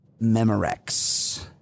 Memorex